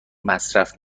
مصرف